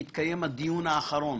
יתקיים הדיון האחרון